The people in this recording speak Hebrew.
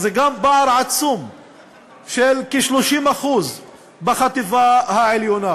זה גם פער עצום של כ-30% בחטיבה העליונה.